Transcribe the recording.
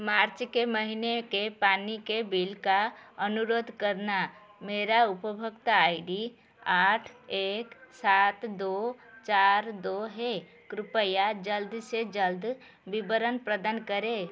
मार्च के महीने के पानी के बिल का अनुरोध करना मेरा उपभोक्ता आई डी आठ एक सात दो चार दो है कृप्या जल्द से जल्द विवरण प्रदान करें